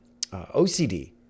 OCD